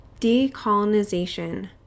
decolonization